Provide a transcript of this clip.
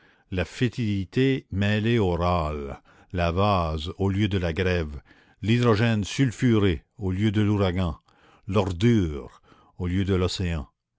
la fétidité mêlée au râle la vase au lieu de la grève l'hydrogène sulfuré au lieu de l'ouragan l'ordure au lieu de l'océan